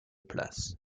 places